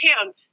town